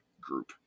group